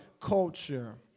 Culture